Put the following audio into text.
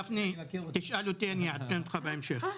גפני, תשאל אותי, ואני אעדכן אותך בהמשך.